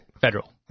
federal